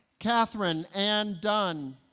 kathryn anne dunn